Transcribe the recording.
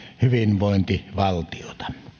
hyvinvointivaltiota